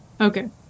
Okay